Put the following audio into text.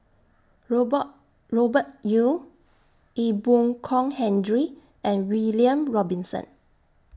Robert Robert Yeo Ee Boon Kong Henry and William Robinson